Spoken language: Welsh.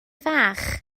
fach